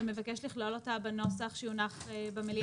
אתה מבקש לכלול אותה בנוסח שיונח במליאה?